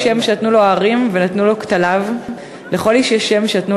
שם/ שנתנו לו ההרים/ ונתנו לו כתליו.// לכל איש יש שם/ שנתנו